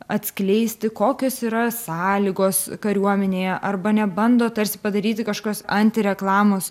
atskleisti kokios yra sąlygos kariuomenėje arba nebando tarsi padaryti kažkokios anti reklamos